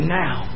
now